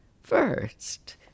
First